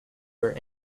were